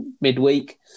midweek